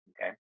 Okay